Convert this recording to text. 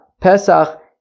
Pesach